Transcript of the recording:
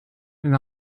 and